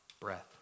breath